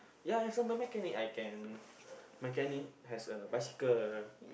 ya as a mechanic I can mechanic has a bicycle